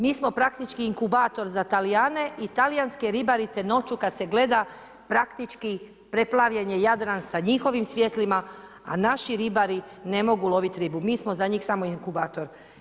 Mi smo praktički inkubator za Talijane i talijanske ribarice noću kad se gleda, praktički, preplavljen je Jadran sa njihovim svjetlima a naši ribari ne mogu loviti ribu, mi smo za njih samo inkubator.